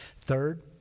Third